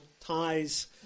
ties